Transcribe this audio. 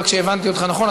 רק שהבנתי אותך נכון,